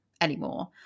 anymore